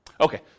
Okay